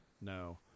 No